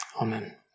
Amen